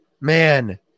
man